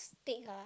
steak ah